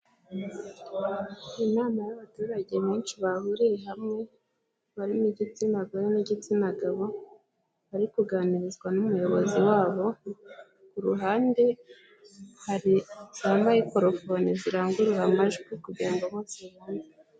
Inama y'abaturage benshi bahuriye hamwe, barimo igitsina gore n'igitsina gabo, bari kuganirizwa n'umuyobozi wabo, ku ruhande, hari za mayikorofone zirangurura amajwi kugira ngo bose bumve.